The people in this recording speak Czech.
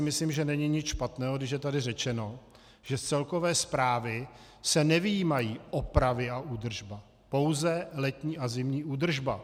Myslím si, že není nic špatného, když je tady řečeno, že z celkové správy se nevyjímají opravy a údržba, pouze letní a zimní údržba.